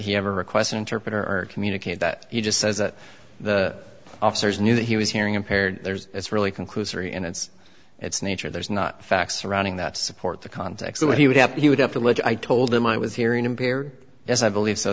he ever requests an interpreter or communicate that he just says that the officers knew that he was hearing impaired there's it's really conclusory and it's it's nature there's not facts surrounding that support the context of what he would have he would have to look i told him i was hearing impaired as i believe so